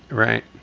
right